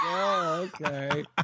Okay